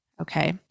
okay